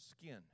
skin